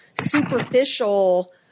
superficial